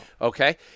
Okay